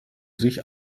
sich